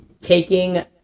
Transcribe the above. taking